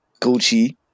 gucci